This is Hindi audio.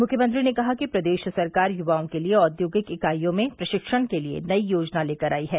मुख्यमंत्री ने कहा कि प्रदेश सरकार य्वाओं के लिए औद्योगिक इकाइयों में प्रशिक्षण के लिए नयी योजना लेकर आयी है